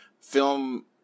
film